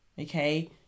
okay